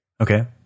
Okay